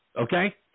Okay